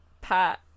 Pat